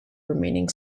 remaining